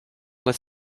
with